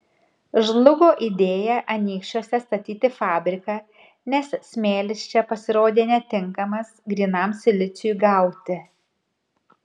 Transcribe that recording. žlugo idėja anykščiuose statyti fabriką nes smėlis čia pasirodė netinkamas grynam siliciui gauti